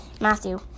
Matthew